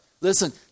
Listen